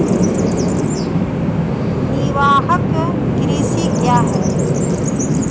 निवाहक कृषि क्या हैं?